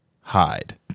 hide